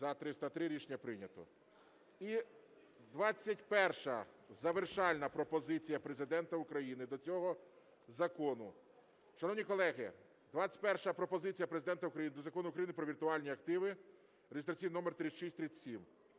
За-303 Рішення прийнято. І 21-а, завершальна, пропозиція Президента України до цього закону. Шановні колеги, 21 пропозиція Президента України до Закону України "Про віртуальні активи" (реєстраційний номер 3637).